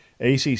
ACC